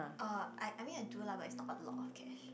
uh I I mean I do lah but it's not a lot of cash